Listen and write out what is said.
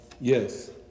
yes